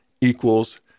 equals